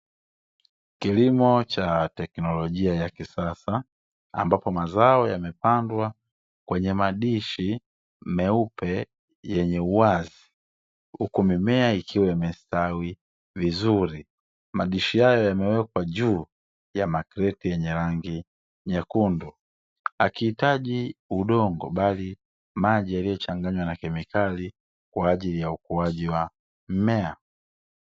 Kilimo cha teknolojia ya kisasa, ambapo mazao yamepandwa kwenye madishi meupe yenye uwazi, huku mimea ikiwa imestawi vizuri, madishi hayo yamewekwa juu ya makreti yenye rangi nyekundu, hakihitaji udongo, bali maji yaliyochanganywa na kemikali kwa ajili ya ukuaji wa mmea.